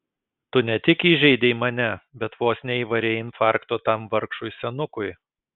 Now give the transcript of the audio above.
tu ne tik įžeidei mane bet vos neįvarei infarkto tam vargšui senukui